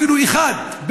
אפילו אחד,